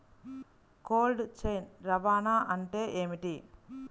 Cold chain రవాణా అంటే ఏమిటీ?